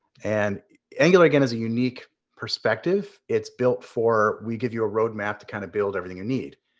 and angular, again, is a unique perspective. it's built for, we give you a roadmap to kind of build everything you need.